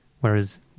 whereas